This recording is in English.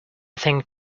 think